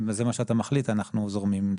אם זה מה שאתה מחליט, אנחנו זורמים לזה.